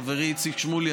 חברי איציק שמולי,